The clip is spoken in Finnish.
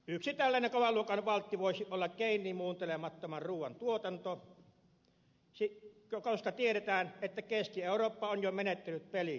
yksi tällainen kovan luokan valtti voisi olla geenimuuntelemattoman ruuan tuotanto koska tiedetään että keski eurooppa on jo menettänyt pelin tässä suhteessa